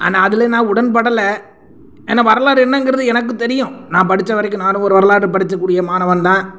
ஆனால் அதில் நான் உடன் படல ஏன்னா வரலாறு என்னங்கிறது எனக்கு தெரியும் நான் படித்த வரைக்கும் நானும் ஒரு வரலாறு படிச்சக்கூடிய மாணவன் தான்